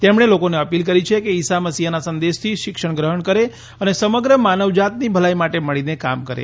તેમણે લોકોને અપીલ કરી છે કે ઇસામસીફાના સંદેશથી શિક્ષણ ગ્રફણ કરે અને સમગ્ર માનવજાતની ભલાઇ માટે મળીને કામ કરે